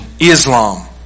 Islam